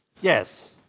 Yes